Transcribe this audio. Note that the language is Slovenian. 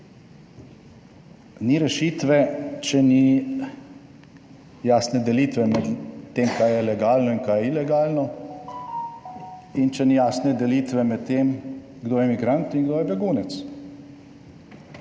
Ni rešitve, če ni jasne delitve med tem kaj je legalno in kaj je ilegalno in če ni jasne delitve med tem kdo je migrant in kdo je begunec.